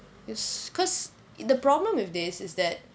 is because the problem with this is that